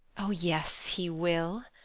oh, yes, he will!